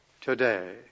today